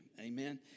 amen